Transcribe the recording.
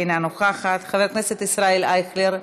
אינה נוכחת, חבר הכנסת ישראל אייכלר,